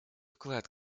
вклад